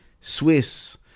Swiss